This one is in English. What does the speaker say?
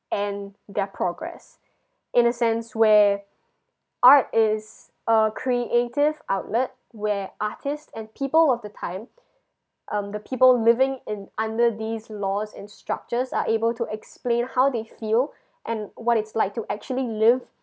and their progress in a sense where art is a creative outlet where artist and people of the time um the people living in under these laws and structures are able to explain how they feel and what it's like to actually live